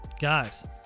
guys